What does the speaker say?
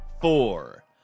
four